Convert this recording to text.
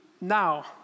Now